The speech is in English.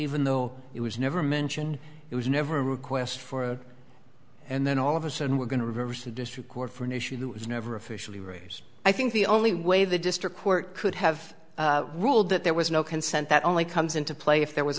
even though it was never mentioned it was never a request for and then all of us and we're going to reverse a district court for an issue that was never officially raters i think the only way the district court could have ruled that there was no consent that only comes into play if there was